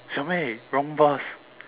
小妹 wrong bus